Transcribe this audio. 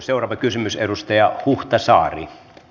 seuraava kysymys edustaja huhtasaari